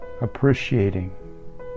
appreciating